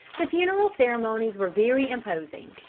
the funeral ceremonies were very imposing.